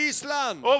Iceland